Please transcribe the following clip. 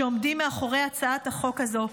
שעומדים מאחורי הצעת החוק הזאת,